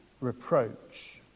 reproach